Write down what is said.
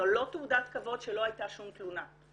זו לא תעודת כבוד שלא הייתה שום תלונה.